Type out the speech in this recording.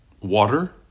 Water